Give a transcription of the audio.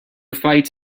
fights